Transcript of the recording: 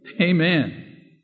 Amen